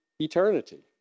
eternity